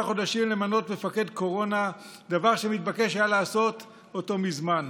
חודשים למנות מפקד קורונה דבר שמתבקש היה לעשות אותו מזמן.